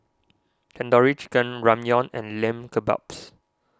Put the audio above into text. Tandoori Chicken Ramyeon and Lamb Kebabs